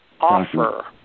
offer